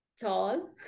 tall